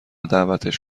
دعوتش